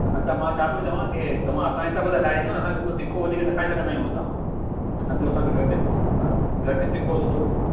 अच्छा मां छा पियो चवां के तव्हां असांजे हिसाब सां ठाहे ॾींदो न असां तिखो वधीक न खाई सघंदा आहियूं असां त सम्झो असांखे घटि अ घटि तिखो सम्झो